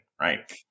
right